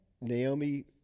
Naomi